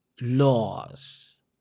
laws